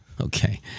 Okay